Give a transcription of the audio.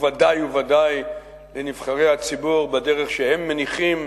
וודאי וודאי לנבחרי הציבור בדרך שהם מניחים